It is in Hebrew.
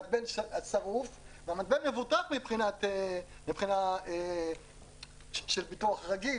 אבל המתבן שרוף והמתבן מבוטח מבחינה של ביטוח רגיל,